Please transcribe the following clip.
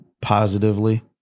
positively